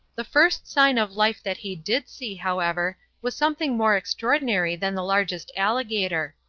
the first sign of life that he did see, however, was something more extraordinary than the largest alligator.